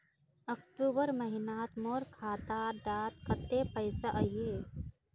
अक्टूबर महीनात मोर खाता डात कत्ते पैसा अहिये?